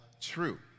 true